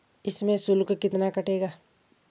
इसमें शुल्क कितना कटेगा?